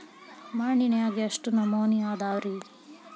ಮಣ್ಣಿನಾಗ ಎಷ್ಟು ನಮೂನೆ ಅದಾವ ರಿ?